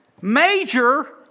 Major